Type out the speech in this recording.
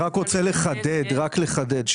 רוצה לחדד: